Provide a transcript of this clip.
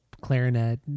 Clarinet